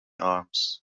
arms